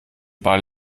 ball